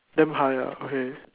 damn high ah okay